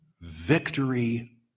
victory